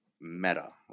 meta